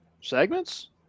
Segments